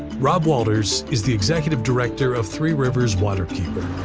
rob walters is the executive director of three rivers waterkeeper.